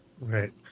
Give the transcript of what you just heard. Right